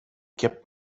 kept